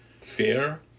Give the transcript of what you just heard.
fair